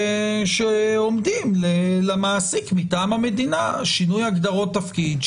שעומדים למעסיק מטעם המדינה: שינוי הגדרות תפקיד,